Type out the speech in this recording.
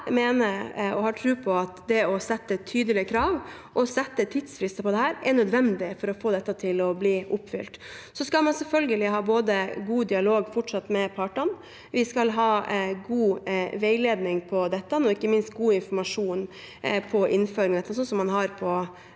Jeg mener og har tro på at det å sette tydelige krav og å sette tidsfrister for dette er nødvendig for å få det til å bli oppfylt. Så skal man selvfølgelig fortsatt ha god dialog med partene, vi skal ha god veiledning om dette og ikke minst god informasjon om innføringen, sånn som man har